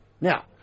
Now